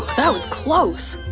that was close.